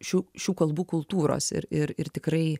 šių šių kalbų kultūros ir ir ir tikrai